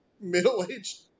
middle-aged